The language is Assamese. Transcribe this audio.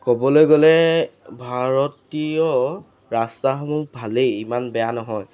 ক'বলৈ গ'লে ভাৰতীয় ৰাস্তাসমূহ ভালেই ইমান বেয়া নহয়